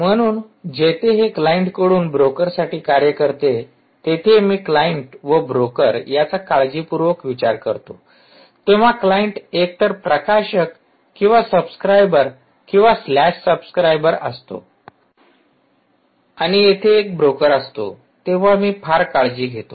म्हणूनजेथे हे क्लायंटकडून ब्रोकरसाठी कार्य करते तेथे मी क्लायंट व ब्रोकर याचा काळजीपूर्वक विचार करतो तेव्हा क्लायंट एक तर प्रकाशक किंवा सब्सक्राइबर किंवा स्लॅश सब्सक्राइबर असतो आणि येथे एक ब्रोकर असतो तेव्हा मी फार काळजी घेतो